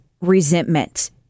resentment